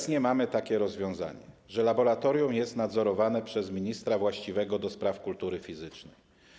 Obecnie mamy takie rozwiązania, że laboratorium jest nadzorowane przez ministra właściwego do spraw kultury fizycznej.